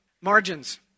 margins